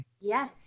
Yes